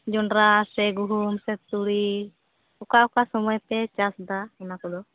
ᱡᱚᱱᱰᱨᱟ ᱥᱮ ᱜᱩᱦᱩᱢ ᱥᱮ ᱛᱩᱲᱤ ᱚᱠᱟ ᱚᱠᱟ ᱥᱚᱢᱳᱭ ᱯᱮ ᱪᱟᱥ ᱮᱫᱟ ᱚᱱᱟ ᱠᱚᱫᱚ